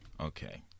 okay